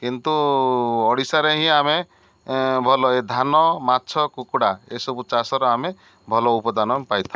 କିନ୍ତୁ ଓଡ଼ିଶାରେ ହିଁ ଆମେ ଭଲ ଏ ଧାନ ମାଛ କୁକୁଡ଼ା ଏସବୁ ଚାଷର ଆମେ ଭଲ ଉପଦାନ ପାଇଥାଉ